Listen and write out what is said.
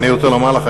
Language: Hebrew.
אני רוצה לומר לך,